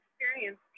experience